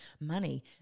money